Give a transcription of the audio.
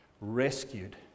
rescued